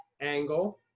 angle